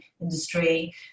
industry